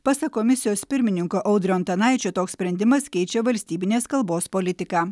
pasak komisijos pirmininko audrio antanaičio toks sprendimas keičia valstybinės kalbos politiką